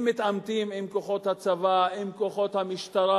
הם מתעמתים עם כוחות הצבא, עם כוחות המשטרה,